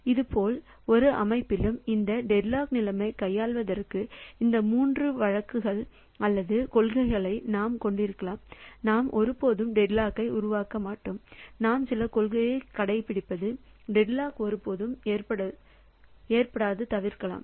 இதேபோல் ஒரு அமைப்பிலும் இந்த டெட்லாக் நிலைமையைக் கையாள்வதற்கான இந்த மூன்று வழக்குகள் அல்லது கொள்கைகளை நாம் கொண்டிருக்கலாம் நாம் ஒருபோதும் டெட்லாக் உருவாக்க மாட்டோம் நாம் சில கொள்கையை கடைபிடித்து டெட்லாக் ஒருபோதும் ஏற்படாது தவிர்க்கலாம்